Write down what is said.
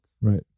right